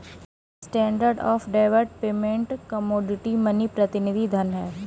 standard of deferred payment में commodity money प्रतिनिधि धन हैं